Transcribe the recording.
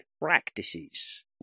practices